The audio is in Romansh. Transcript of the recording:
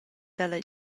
dalla